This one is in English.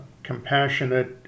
compassionate